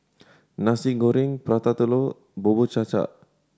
Nasi Goreng Prata Telur Bubur Cha Cha